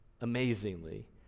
amazingly